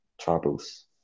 troubles